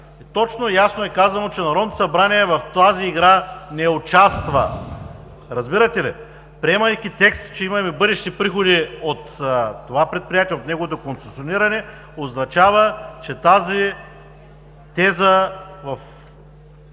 точно и ясно е казано, че Народното събрание в тази игра не участва. Разбирате ли? Приемайки текста – че имаме бъдещи приходи от това предприятие, от неговото концесиониране, означава, че тази теза в